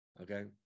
Okay